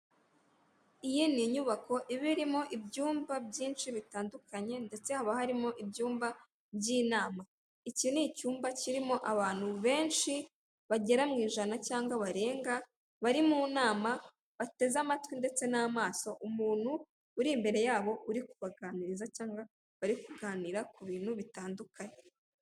Iyi ni inyubako iba irimo ibyumba byinshi bitandukanye, ndetse haba harimo ibyumba by'inama, iki ni icyumba kirimo abantu benshi bagera mu ijana cyangwa barenga bari mu nama bateze amatwi ndetse n'amaso umuntu uri imbere yabo uri kubaganiza cyangwa bari kuganira k'ubintu bitandukanye.